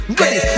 ready